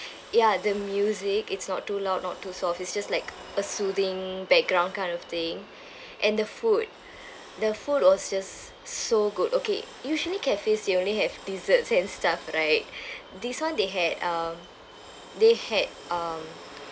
ya the music it's not too loud not too soft is just like a soothing background kind of thing and the food the food was just so good okay usually cafes they only have desserts and stuff right this one they had um they had um